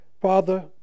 Father